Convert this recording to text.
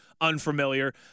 unfamiliar